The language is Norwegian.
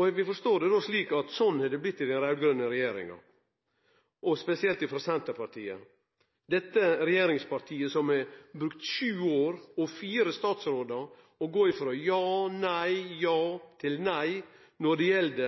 og vi forstår det då slik at sånn er det blitt i den raud-grøne regjeringa. Og spesielt ifrå Senterpartiet: Dette er regjeringspartiet som har brukt sju år – og fire statsråder – på å gå ifrå ja og nei og ja til nei når det gjeld